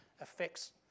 affects